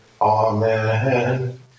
Amen